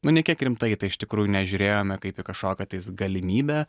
nu nė kiek rimtai į tai iš tikrųjų nežiūrėjome kaip į kažkokią tais galimybę